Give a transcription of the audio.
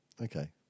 Okay